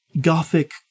gothic